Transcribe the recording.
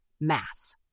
mass